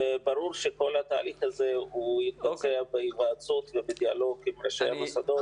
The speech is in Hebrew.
ברור שכל התהליך הזה ייעשה בהיוועצות ובדיאלוג עם ראשי המוסדות.